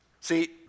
See